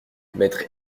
maître